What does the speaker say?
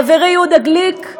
חברי יהודה גליק,